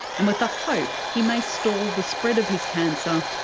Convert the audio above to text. and with the hope he may stall the spread of his cancer.